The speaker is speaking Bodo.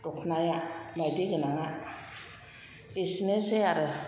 दखनाया मायदि गोनांआ एसेनोसै आरो